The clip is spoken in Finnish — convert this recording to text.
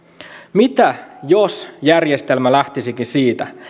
mitä jos järjestelmä lähtisikin siitä